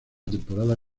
temporada